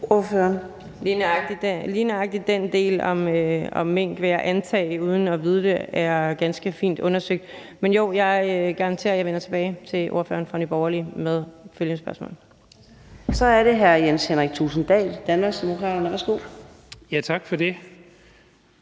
Lige nøjagtig den del om mink vil jeg antage uden at vide det er ganske fint undersøgt. Men jo, jeg garanterer, at jeg vender tilbage til ordføreren fra Nye Borgerlige med opfølgning på spørgsmålet. Kl. 12:43 Fjerde næstformand (Karina Adsbøl): Så er det